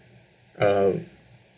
um